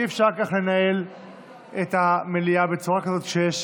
אי-אפשר לנהל את המליאה בצורה כזאת, כשיש